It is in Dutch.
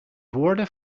woorden